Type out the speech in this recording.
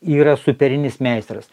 yra superinis meistras